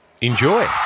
Enjoy